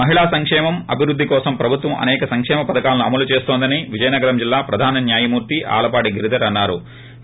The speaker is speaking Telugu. మహిళా సంకేమం అభివృద్దికోసం ప్రభుత్వం అసేక సంకేమ పథకాలను అమలు చేస్తోందని విజయనగరం జిల్లా ప్రధాన న్యాయమూర్తి ఆలపాటి గిరిధర్ అన్నారు